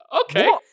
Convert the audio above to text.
okay